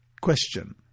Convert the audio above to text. Question